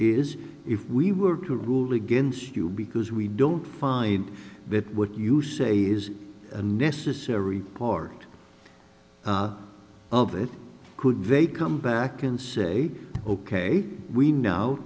is if we were to rule against you because we don't find that what you say is a necessary part of it could they come back and say ok we now